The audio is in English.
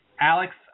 Alex